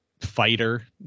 fighter